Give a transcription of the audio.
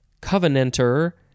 covenanter